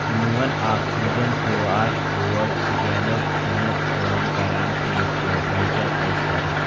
میون oxygen Q R code scanner چھُنہٕ کٲم کران ٹھیٖک پٲٹھۍ مےٚ کیٛاہ پزِ کرُن